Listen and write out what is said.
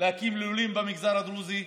להקים לולים במגזר הדרוזי,